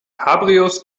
cabrios